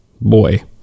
Boy